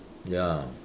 ya